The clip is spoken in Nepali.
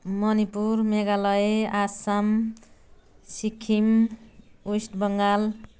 मणिपुर मेघालय आसाम सिक्किम वेस्ट बङ्गाल